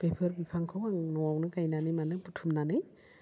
बेफोर बिफांखौ न'वावनो गायनानै मानो बुथुमनानै